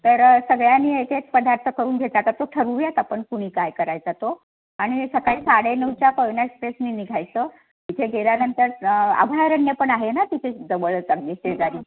तर सगळ्यांनी एकेक पदार्थ करून घेतला तर तो ठरवूयात आपण कुणी काय करायचा तो आणि सकाळी साडेनऊच्या कोयना एक्स्प्रेसने निघायचं तिथे गेल्यानंतर अभयारण्य पण आहे ना तिथे जवळच अगदी शेजारी